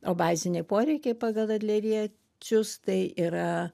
o baziniai poreikiai pagal adleriečius tai yra